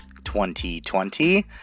2020